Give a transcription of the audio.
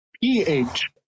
PH